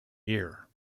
year